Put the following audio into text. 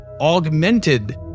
augmented